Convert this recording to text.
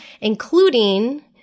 Including